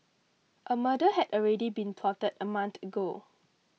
a murder had already been plotted a month ago